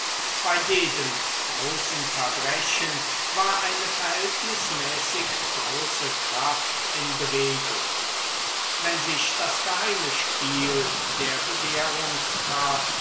bei jedem großen verbrechen war eine verhältnismäßig große kraft in bewegung wenn sich das geheime spiel der